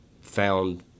found